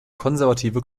konservative